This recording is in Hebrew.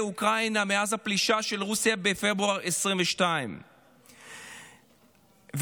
אוקראינה מאז הפלישה של רוסיה בפברואר 2022. אתמול,